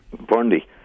Burnley